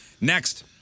Next